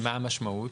ומה המשמעות?